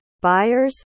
buyers